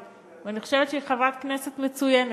ואני חושבת שהיא הייתה חברת כנסת מצוינת